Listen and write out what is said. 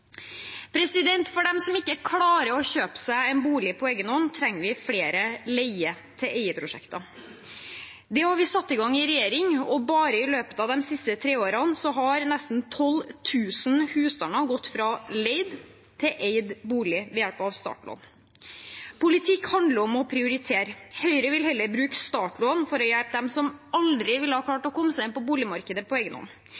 For dem som ikke klarer å kjøpe seg en bolig på egen hånd, trenger vi flere leie-til-eie-prosjekter. Det har vi satt i gang i regjering, og bare i løpet av de siste tre årene har nesten 12 000 husstander gått fra leid til eid bolig ved hjelp av startlån. Politikk handler om å prioritere. Høyre vil heller bruke startlån til å hjelpe dem som aldri